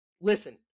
Listen